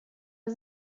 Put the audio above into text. was